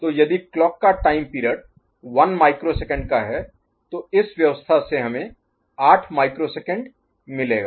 तो यदि क्लॉक का टाइम पीरियड 1 माइक्रोसेकंड का है तो इस व्यवस्था से हमें 8 माइक्रोसेकंड मिलेगा